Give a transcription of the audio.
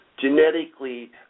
genetically